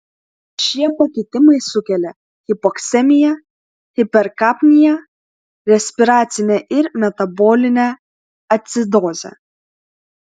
šie pakitimai sukelia hipoksemiją hiperkapniją respiracinę ir metabolinę acidozę